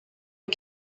est